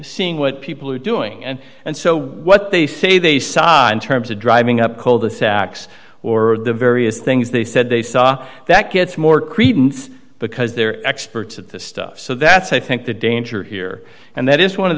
seeing what people are doing and and so what they say they sign terms of driving up coal the sacks or the various things they said they saw that gets more credence because they're experts at this stuff so that's i think the danger here and that is one of